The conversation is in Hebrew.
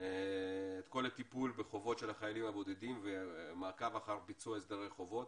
את כל הטיפול בחובות של החיילים הבודדים ומעקב אחר ביצוע הסדרי חובות?